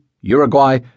Uruguay